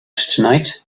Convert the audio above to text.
tonight